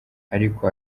ariko